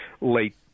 late